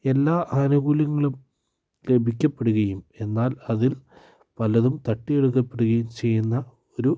എല്ലാ ആനുകൂല്യങ്ങളും ലഭിക്കപ്പെടുകയും എന്നാൽ അതിൽ പലതും തട്ടിയെടുക്കപ്പെടുകയും ചെയ്യുന്ന ഒരു